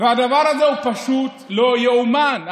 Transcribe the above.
הדבר הזה הוא פשוט לא ייאמן.